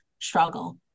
struggle